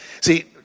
See